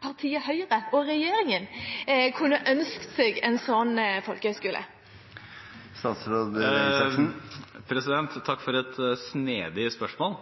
partiet Høyre og regjeringen kunne ønsket seg en slik folkehøyskole. Takk for et snedig spørsmål.